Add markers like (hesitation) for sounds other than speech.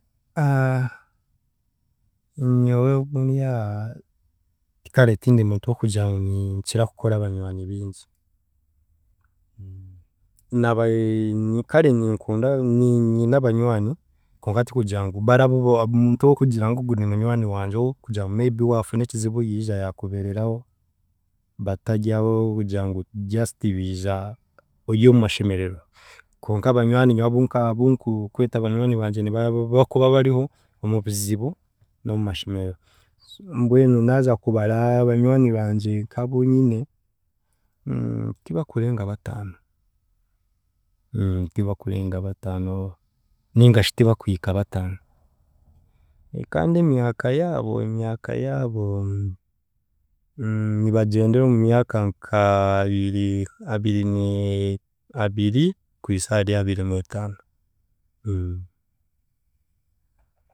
(hesitation) nyowe obundyaha kare tindi muntu w’okugira ngu ninkira kukora abanywani bingi, n’aba kare ninkunda nyi- nyine abanywani konka tikugira ngu bari abu omuntu ow’okugira ng’ogu nimunywani wangye ow’okugira ngu may be waafune ekizibu yiija yaakubeereraho bataryabo ab’okugira ngu just biija ori omu mashemererwa, konka aba nywani nyowe obunka abu nku- kweta banywani bangye nibaabo abakuba bariho omu bizibu n'omumashemererwa, mbwenu naaza kubara banywani bangye nk'abuunyine tibakurenga bataano tibakurenga bataano ningashi tibakuhika bataano kandi emyaka yaabo emyaka yaabo nibagyendera omu myaka nka abiri ne- abiri kuhisa aha ry'abirineetaano